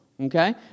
Okay